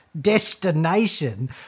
destination